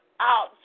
out